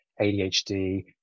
ADHD